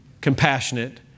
compassionate